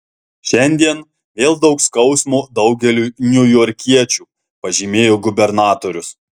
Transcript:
šiandien vėl daug skausmo daugeliui niujorkiečių pažymėjo gubernatorius